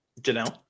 Janelle